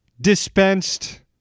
Dispensed